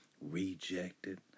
rejected